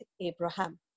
Abraham